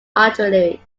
artillery